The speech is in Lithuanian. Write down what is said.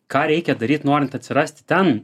ką reikia daryt norint atsirasti ten